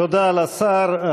תודה לשר.